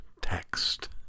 text